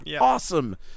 Awesome